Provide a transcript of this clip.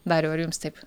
dariau ar jums taip